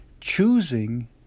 choosing